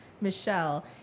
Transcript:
Michelle